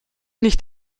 nicht